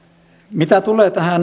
mitä tulee tähän